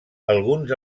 alguns